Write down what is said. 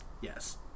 Yes